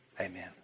Amen